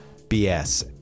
BS